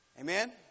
Amen